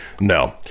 No